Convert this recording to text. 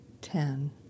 ten